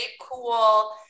cool